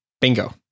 Bingo